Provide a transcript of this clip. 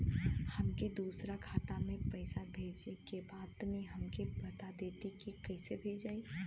हमके दूसरा खाता में पैसा भेजे के बा तनि हमके बता देती की कइसे भेजाई?